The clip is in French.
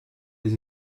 les